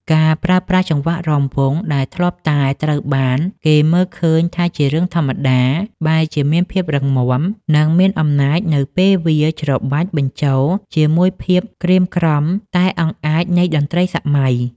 ការប្រើប្រាស់ចង្វាក់រាំវង់ដែលធ្លាប់តែត្រូវបានគេមើលឃើញថាជារឿងធម្មតា បែរជាមានភាពរឹងមាំ និងមានអំណាចនៅពេលវាច្របាច់បញ្ចូលជាមួយភាពក្រៀមក្រំតែអង់អាចនៃតន្ត្រីសម័យ។